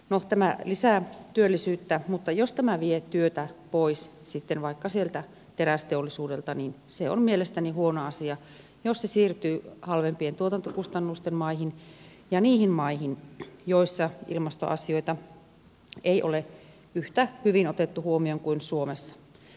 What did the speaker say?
no tämä lisää työllisyyttä mutta jos tämä vie työtä pois sitten vaikka sieltä terästeollisuudelta niin se on mielestäni huono asia jos se siirtyy halvempien tuotantokustannusten maihin ja niihin maihin joissa ilmastoasioita ei ole yhtä hyvin otettu huomioon kuin suomessa